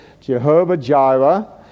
Jehovah-Jireh